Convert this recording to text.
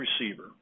receiver